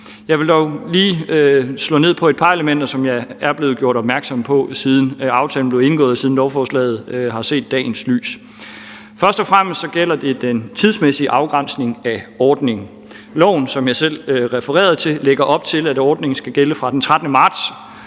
Jeg vil dog lige slå ned på et par elementer, som jeg er blevet gjort opmærksom på, siden aftalen blev indgået, og siden lovforslaget har set dagens lys. Først og fremmest gælder det den tidsmæssige afgrænsning af ordningen. Loven, som jeg selv refererede til, lægger op til, at ordningen skal gælde fra den 13. marts,